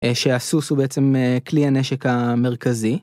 א.. שהסוס הוא בעצם א.. כלי הנשק המרכזי.